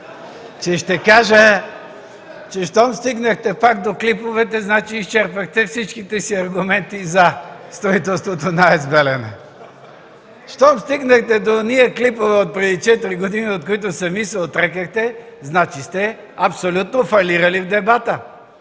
Че ще кажа, че щом стигнахте пак до клиповете, значи изчерпахте всичките си аргументи „за” строителството на АЕЦ „Белене”?! Щом стигнахте до онези клипове отпреди 4 години, от които сами се отрекохте, значи абсолютно сте фалирали в дебата.